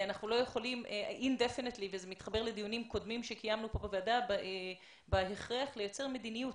זה מתחבר לדיונים קודמים שקיימנו בוועדה לגבי ההכרח לייצר מדיניות